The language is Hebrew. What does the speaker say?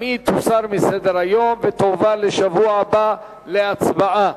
גם היא תוסר מסדר-היום ותועבר לשבוע הבא להצבעה.